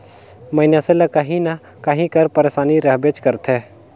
मइनसे ल काहीं न काहीं कर पइरसानी रहबेच करथे